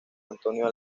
antonio